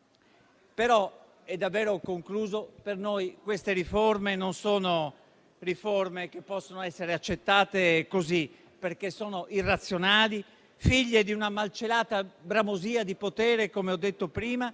alla conclusione, per noi queste riforme non possono essere accettate così, perché sono irrazionali, figlie di una malcelata bramosia di potere, come ho detto prima;